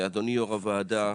אדוני יו"ר הוועדה,